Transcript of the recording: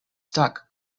stuck